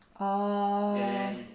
oh